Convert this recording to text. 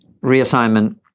reassignment